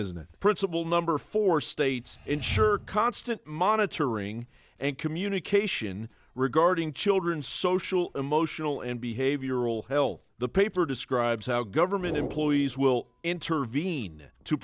it principle number four states ensure constant monitoring and communication regarding children social emotional and behavioral health the paper described how government employees will intervene to